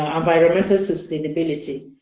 environmental sustainability.